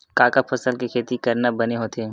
का का फसल के खेती करना बने होथे?